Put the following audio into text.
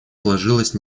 сложилась